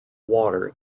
water